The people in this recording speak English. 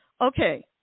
Okay